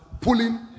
pulling